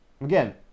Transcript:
again